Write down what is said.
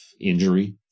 injury